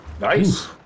Nice